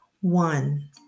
one